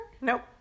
Nope